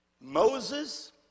Moses